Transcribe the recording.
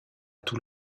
tout